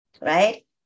right